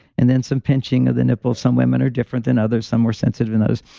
and then some pinching of the nipples. some women are different than others. some are sensitive in those,